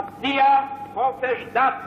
תבטיח חופש דת,